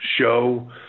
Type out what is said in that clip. show